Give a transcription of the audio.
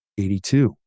82